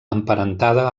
emparentada